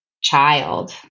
child